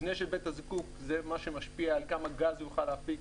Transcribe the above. המבנה של בית הזיקוק זה מה שמשפיע על כמה גז הוא יוכל להפיק